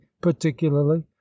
particularly